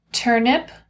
Turnip